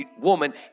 woman